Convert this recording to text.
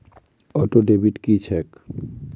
Auto debit की छैक?